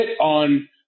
on